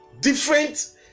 different